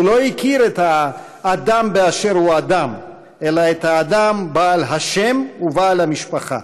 הוא לא הכיר את האדם באשר הוא אדם אלא את האדם בעל השם ובעל המשפחה.